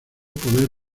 poder